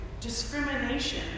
discrimination